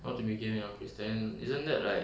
how to gay when you're christian isn't that like